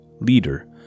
leader